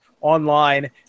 online